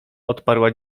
odparła